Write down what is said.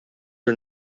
are